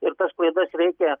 ir tas klaidas reikia